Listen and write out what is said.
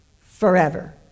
Forever